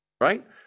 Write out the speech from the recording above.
right